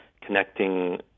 connecting